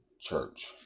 Church